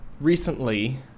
recently